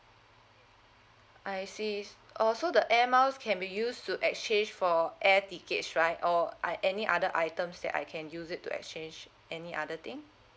I see oh so the airmiles can be used to exchange for air tickets right or I any other items that I can use it to exchange any other thing